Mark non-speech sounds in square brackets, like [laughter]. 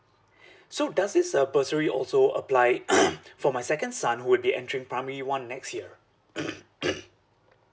so does is uh bursary also apply [noise] for my second son who would be entering primary one next year [noise] [noise]